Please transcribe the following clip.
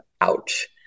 ouch